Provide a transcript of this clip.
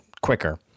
quicker